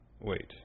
Wait